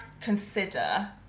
consider